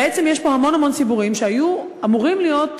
בעצם יש פה המון המון ציבורים שהיו אמורים להיות,